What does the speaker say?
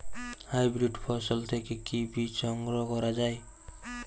Hybrid ফসল থেকে কি বীজ সংগ্রহ করা য়ায়?